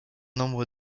nombre